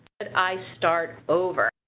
but i start over.